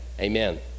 amen